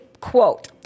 Quote